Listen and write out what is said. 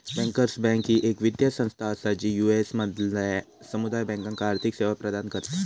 bankers bank ही येक वित्तीय संस्था असा जी यू.एस मधल्या समुदाय बँकांका आर्थिक सेवा प्रदान करता